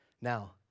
Now